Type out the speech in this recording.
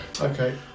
Okay